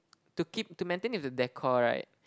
to keep to maintain with the decor right